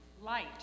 Light